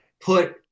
put